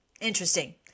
Interesting